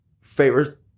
favorite